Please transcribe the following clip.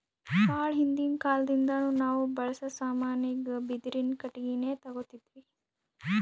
ಭಾಳ್ ಹಿಂದಿನ್ ಕಾಲದಿಂದಾನು ನಾವ್ ಬಳ್ಸಾ ಸಾಮಾನಿಗ್ ಬಿದಿರಿನ್ ಕಟ್ಟಿಗಿನೆ ತೊಗೊತಿದ್ವಿ